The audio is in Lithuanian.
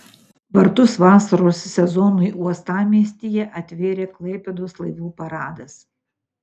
vartus vasaros sezonui uostamiestyje atvėrė klaipėdos laivų paradas